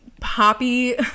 Poppy